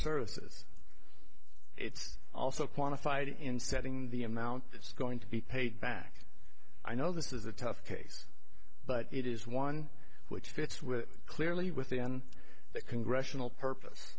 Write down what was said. services it's also quantified in setting the amount that's going to be paid back i know this is a tough case but it is one which gets we're clearly within the congressional purpose